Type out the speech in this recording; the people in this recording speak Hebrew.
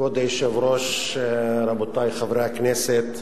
כבוד היושב-ראש, רבותי חברי הכנסת,